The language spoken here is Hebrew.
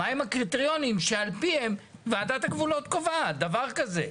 מהם הקריטריונים שעל פיהם ועדת הגבולות קובעת דבר כזה.